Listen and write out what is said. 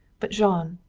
but jean,